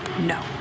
No